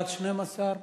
בעד, 12,